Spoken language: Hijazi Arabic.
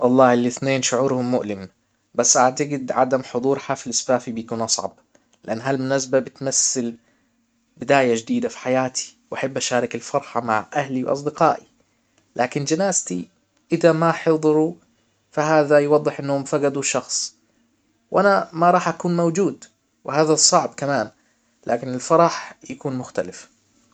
والله الاثنين شعورهم مؤلم، بس اعتجد عدم حضور حفل زفافى بيكون اصعب لان هالمناسبة بتمثل بداية جديدة في حياتي واحب اشارك الفرحة مع اهلي واصدقائي لكن جنازتي اذا ما حضروا فهذا يوضح انهم فجدوا شخص وانا ما راح أكون موجود وهذا صعب كمان لكن الفرح يكون مختلف